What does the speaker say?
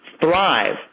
thrive